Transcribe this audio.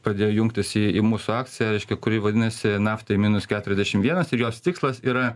pradėjo jungtis į į mūsų akciją reiškia kuri vadinasi naftai minus keturiasdešimt vienas ir jos tikslas yra